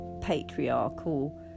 patriarchal